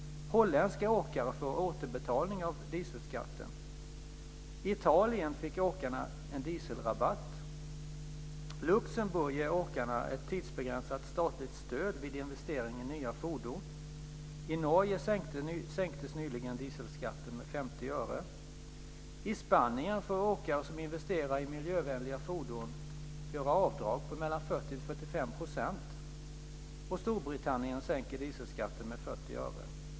Holländska åkare får återbetalning av dieselskatten. I Italien fick åkarna en dieselrabatt. Luxemburg ger åkarna ett tidsbegränsat statligt stöd vid investering i nya fordon. I Norge sänktes nyligen dieselskatten med 50 öre. I Spanien får åkare som investerar i miljövänliga fordon göra avdrag på 40-45 %. Och Storbritannien sänker dieselskatten med 40 öre.